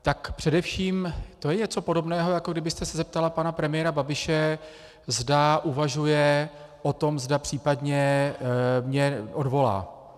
Tak především je to něco podobného, jako kdybyste se zeptala pana premiéra Babiše, zda uvažuje o tom, zda mě případně odvolá.